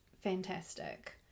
fantastic